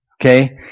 okay